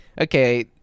Okay